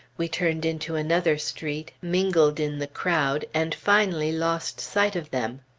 we turned into another street, mingled in the crowd, and finally lost sight of them.